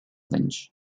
lynch